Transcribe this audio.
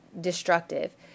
destructive